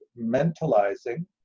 mentalizing